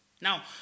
Now